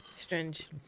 Strange